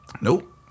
Nope